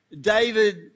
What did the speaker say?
David